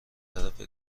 طرف